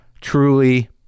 Truly